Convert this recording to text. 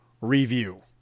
Review